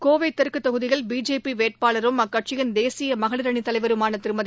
கோவை தெற்கு தொகுதியில் பிஜேபி வேட்பாளரும் அக்கட்சியின் தேசிய மகளிர் அணித் தலைவருமான திருமதி